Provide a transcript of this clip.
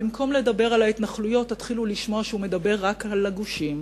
ובמקום לדבר על ההתנחלויות תתחילו לשמוע שהוא מדבר רק על הגושים,